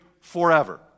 forever